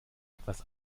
etwas